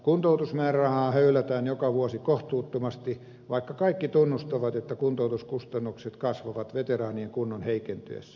kuntoutusmäärärahaa höylätään joka vuosi kohtuuttomasti vaikka kaikki tunnustavat että kuntoutuskustannukset kasvavat veteraanien kunnon heikentyessä